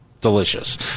delicious